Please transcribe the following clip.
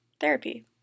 Therapy